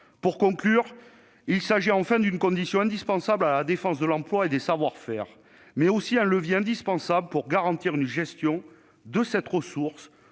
la filière. Il s'agit enfin d'une condition indispensable à la défense de l'emploi et des savoir-faire, mais aussi d'un levier indispensable pour garantir une gestion de cette ressource